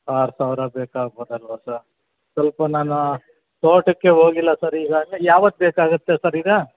ಆರು ಸಾವಿರ ಬೇಕಾಗ್ಬೋದು ಅಲ್ಲವ ಸರ್ ಸ್ವಲ್ಪ ನಾನು ತೋಟಕ್ಕೇ ಹೋಗಿಲ್ಲ ಸರ್ ಈಗ ಅಂದರೆ ಯಾವತ್ತು ಬೇಕಾಗುತ್ತೆ ಸರ್ ಈಗ